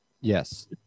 Yes